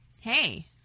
Hey